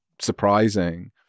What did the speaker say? surprising